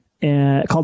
called